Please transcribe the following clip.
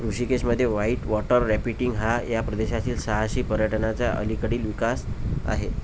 ऋषिकेशमध्ये white water rafting हा या प्रदेशातील साहसी पर्यटनाचा अलीकडील विकास आहे